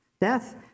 Death